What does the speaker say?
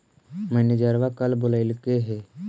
मैनेजरवा कल बोलैलके है?